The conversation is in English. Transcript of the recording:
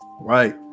Right